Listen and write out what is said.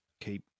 keep